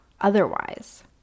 otherwise